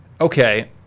okay